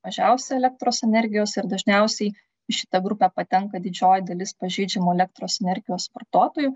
mažiausiai elektros energijos ir dažniausiai į šitą grupę patenka didžioji dalis pažeidžiamų elektros energijos vartotojų